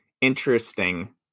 interesting